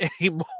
anymore